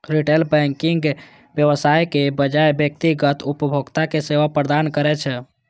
retail banking व्यवसायक बजाय व्यक्तिगत उपभोक्ता कें सेवा प्रदान करै छै